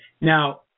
Now